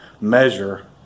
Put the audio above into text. measure